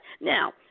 now